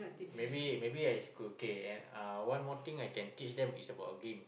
maybe maybe I school okay and uh one more thing I could teach them is about game